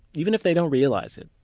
even if they don't realize it.